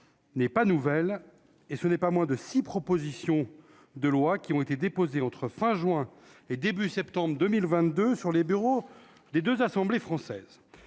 n'est pas nouvelle et ce n'est pas moins de 6 propositions de lois qui ont été déposées entre fin juin et début septembre 2022 sur les bureaux des 2 assemblées, c'est